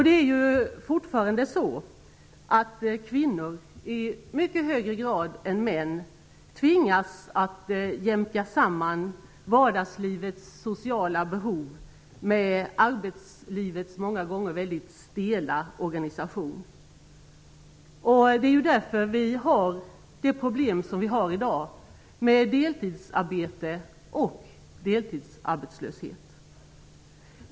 Det är fortfarande så att kvinnor i mycket högre grad än män tvingas att jämka samman vardagslivets sociala behov med arbetslivets många gånger mycket stela organisation. Det är därför vi har de problem som vi har i dag, med deltidsarbete och deltidsarbetslöshet.